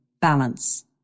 balance